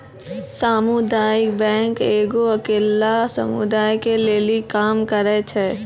समुदायिक बैंक एगो अकेल्ला समुदाय के लेली काम करै छै